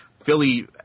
Philly